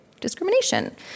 discrimination